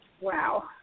Wow